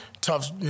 tough